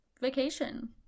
vacation